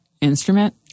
instrument